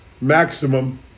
maximum